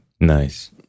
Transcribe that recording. Nice